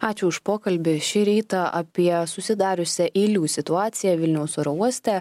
ačiū už pokalbį šį rytą apie susidariusią eilių situaciją vilniaus oro uoste